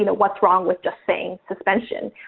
you know what's wrong with just saying suspension.